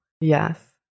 Yes